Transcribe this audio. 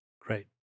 Great